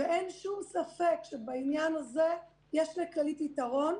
ואין שום ספק שבעניין הזה יש לכללית יתרון,